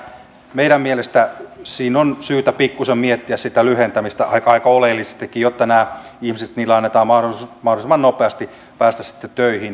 meidän mielestämme siinä on syytä pikkuisen miettiä sitä lyhentämistä aika oleellisestikin jotta näille ihmisille annetaan mahdollisuus mahdollisimman nopeasti päästä sitten töihin